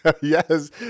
Yes